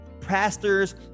Pastors